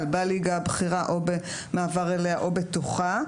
בליגה הבכירה או במעבר אליה או בתוכה.